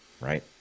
right